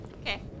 Okay